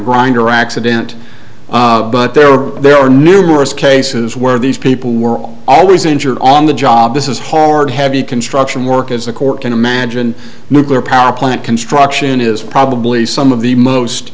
grinder accident but there were there are numerous cases where these people were always injured on the job this is hard heavy construction work as the corps can imagine nuclear power plant construction is probably some of the